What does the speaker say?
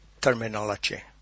terminology